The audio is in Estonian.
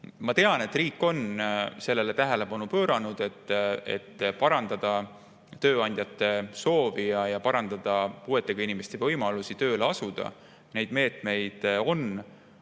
Ma tean, et riik on sellele tähelepanu pööranud, et parandada tööandjate soovi ja parandada puuetega inimeste võimalusi tööle asuda. Neid meetmeid on,